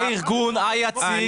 הארגון היציג.